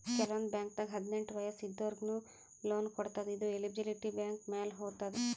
ಕೆಲವಂದ್ ಬಾಂಕ್ದಾಗ್ ಹದ್ನೆಂಟ್ ವಯಸ್ಸ್ ಇದ್ದೋರಿಗ್ನು ಲೋನ್ ಕೊಡ್ತದ್ ಇದು ಎಲಿಜಿಬಿಲಿಟಿ ಬ್ಯಾಂಕ್ ಮ್ಯಾಲ್ ಹೊತದ್